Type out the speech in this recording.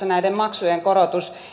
näiden maksujen korotus tulee käytännössä